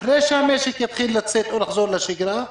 אחרי שהמשק יתחיל לחזור לשגרה,